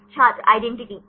छात्र आइडेंटिटी